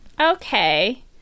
okay